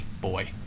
boy